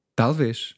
talvez